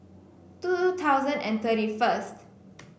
two thousand and thirty first